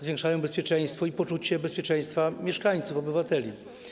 Zwiększają one bezpieczeństwo i poczucie bezpieczeństwa mieszkańców, obywateli.